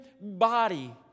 body